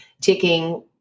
taking